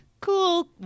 cool